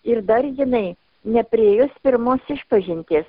ir dar jinai nepriėjus pirmos išpažinties